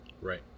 Right